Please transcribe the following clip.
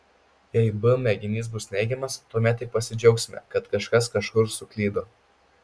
jei b mėginys bus neigiamas tuomet tik pasidžiaugsime kad kažkas kažkur suklydo